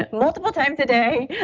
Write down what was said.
but multiple times a day i